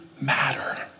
matter